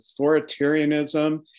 authoritarianism